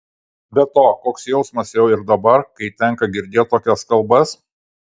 be to koks jausmas jau ir dabar kai tenka girdėt tokias kalbas